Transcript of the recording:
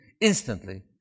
instantly